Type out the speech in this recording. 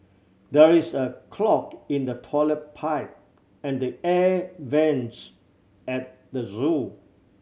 there is a clog in the toilet pipe and the air vents at the zoo